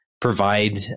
provide